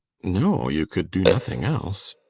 no, you could do nothing else.